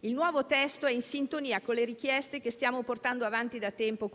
Il nuovo testo è in sintonia con le richieste che Italia Viva sta portando avanti da tempo.